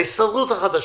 להסתדרות החדשה.